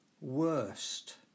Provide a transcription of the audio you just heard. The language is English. worst